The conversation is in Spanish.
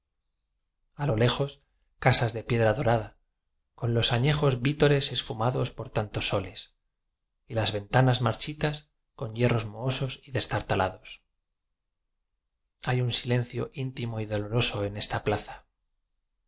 a lo lejos casas de piedra dorada con los añejos vítores esfumados por tantos so les y las ventanas marchitas con hierros mohosos y destartalados hay un silencio íntimo y doloroso en esta plaza